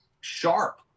sharp